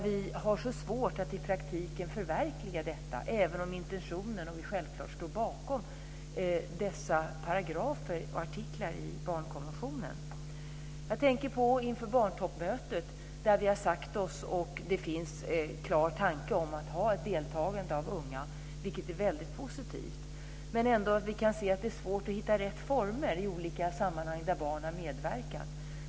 Vi har så svårt att i praktiken förverkliga detta, även om intentionen finns och vi självklart står bakom dessa paragrafer och artiklar i barnkonventionen. Inför barntoppmötet tänker jag på att vi har sagt och att det finns en klar tanke om att man ska ha ett deltagande av unga, vilket är väldigt positivt. Men vi kan ändå se att det är svårt att hitta rätt former i olika sammanhang där barn har medverkat.